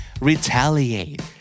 Retaliate